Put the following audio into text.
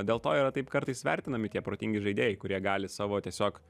dėl to yra taip kartais vertinami tie protingi žaidėjai kurie gali savo tiesiog